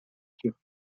sur